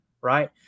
right